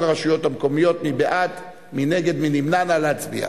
לא ראיתי מקום שלא להביא להצבעה,